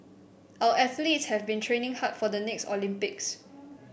our athletes have been training hard for the next Olympics